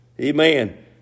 Amen